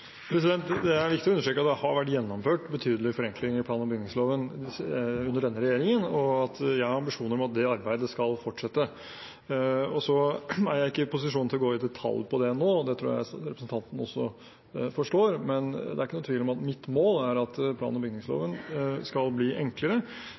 Det er viktig å understreke at det har vært gjennomført betydelige forenklinger i plan- og bygningsloven under denne regjeringen, og at jeg har en ambisjon om at det arbeidet skal fortsette. Jeg er ikke i posisjon til å gå i detalj om det nå, det tror jeg representanten også forstår, men det er ikke noen tvil om at mitt mål er at plan- og